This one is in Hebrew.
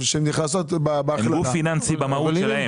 שהן נכנסות בהחלטה --- הן גוף פיננסי במהות שלהן.